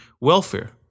welfare